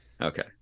Okay